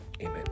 Amen